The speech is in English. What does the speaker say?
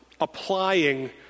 applying